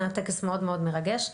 היה טקס מאוד-מאוד מרגש.